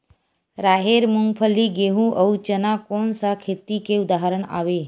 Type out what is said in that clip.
राहेर, मूंगफली, गेहूं, अउ चना कोन सा खेती के उदाहरण आवे?